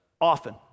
often